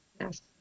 Yes